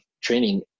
training